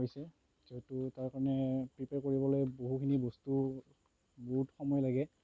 হৈছে যিহেতু তাৰ কাৰণে প্ৰিপেয়াৰ কৰিবলৈ বহুখিনি বস্তু বহুত সময় লাগে